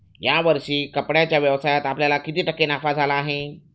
या वर्षी कपड्याच्या व्यवसायात आपल्याला किती टक्के नफा झाला आहे?